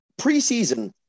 Preseason